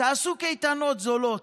תעשו קייטנת זולות.